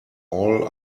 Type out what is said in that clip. all